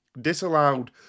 disallowed